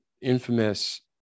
infamous